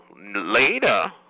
Later